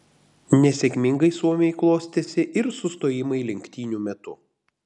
nesėkmingai suomiui klostėsi ir sustojimai lenktynių metu